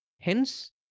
Hence